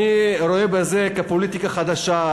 אני רואה בזה פוליטיקה חדשה,